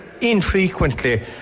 infrequently